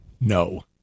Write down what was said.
No